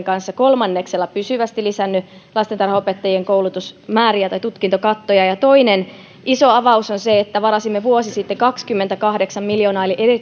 kanssa kolmanneksella pysyvästi lisännyt lastentarhanopettajien koulutusmääriä tai tutkintokattoja ja toinen iso avaus on se että varasimme vuosi sitten kaksikymmentäkahdeksan miljoonaa